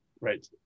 Right